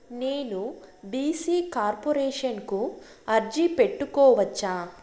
నేను BC corporation కు అర్జీ పెట్టుకోవచ్చా?